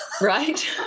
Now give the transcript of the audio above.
Right